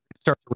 start